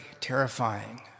terrifying